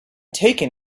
taken